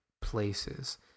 places